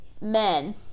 men